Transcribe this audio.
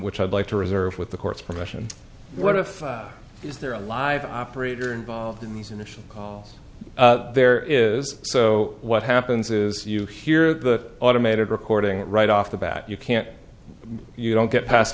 which i'd like to reserve with the court's permission what if is there a live operator involved in these initial calls there is so what happens is you hear the automated recording that right off the bat you can't you don't get pas